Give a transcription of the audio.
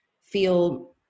feel